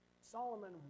Solomon